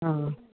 अ